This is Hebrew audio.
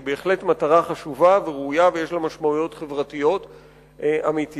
שהיא בהחלט מטרה חשובה וראויה ויש לה משמעויות חברתיות אמיתיות,